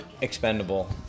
expendable